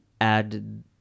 add